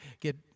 get